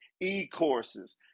E-courses